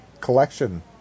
collection